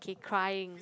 okay crying